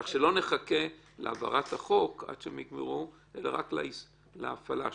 כך שלא נחכה להעברת החוק עד שהם יגמרו אלא רק להפעלה שלו.